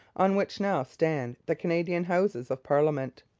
on which now stand the canadian houses of parliament.